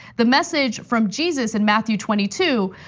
the message from jesus in matthew twenty two,